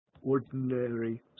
ordinary